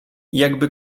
jakby